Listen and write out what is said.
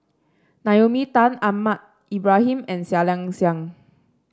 Naomi Tan Ahmad Ibrahim and Seah Liang Seah